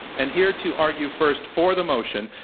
and here to argue first for the motion,